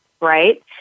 right